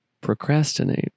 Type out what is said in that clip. Procrastinate